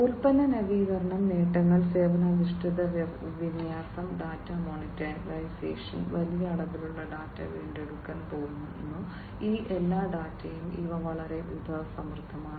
ഉൽപ്പന്ന നവീകരണം നേട്ടങ്ങൾ സേവന അധിഷ്ഠിത വിന്യാസം ഡാറ്റ മോണിറ്റൈസേഷൻ വലിയ അളവിലുള്ള ഡാറ്റ വീണ്ടെടുക്കാൻ പോകുന്ന ഈ എല്ലാ ഡാറ്റയും ഇവ വളരെ വിഭവസമൃദ്ധമാണ്